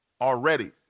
already